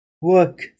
work